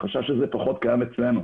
החשש הזה פחות קיים אצלנו.